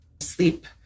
sleep